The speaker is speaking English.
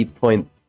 point